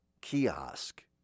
kiosk